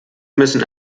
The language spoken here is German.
müssen